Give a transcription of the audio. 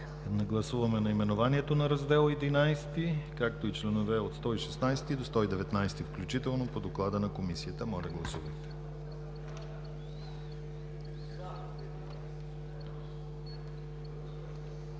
Гласуваме наименованието на Раздел XI, както и членове от 116 до 119 включително по Доклада на Комисията. Гласували